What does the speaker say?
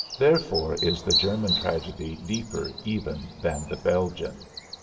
therefore is the german tragedy deeper even than the belgian.